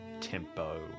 tempo